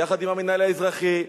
ביחד עם המינהל האזרחי,